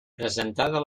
presentada